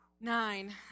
Nine